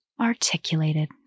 articulated